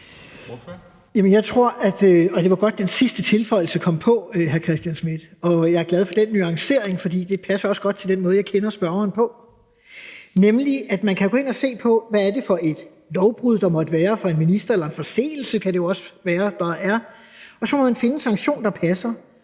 kom med, hr. Hans Christian Schmidt. Jeg er glad for den nuancering, for det passer også godt til den måde at tænke på, jeg kender hos spørgeren, nemlig at man går ind og ser på, hvad det er for et lovbrud, der måtte være fra en ministers side – eller en forseelse kan det jo også være – og så må man finde en sanktion, der passer.